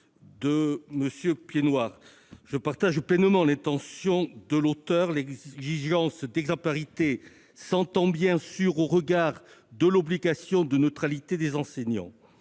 n° 221 rectifié, je partage pleinement l'intention de M. Piednoir : l'exigence d'exemplarité s'entend bien sûr au regard de l'obligation de neutralité des enseignants.